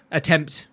attempt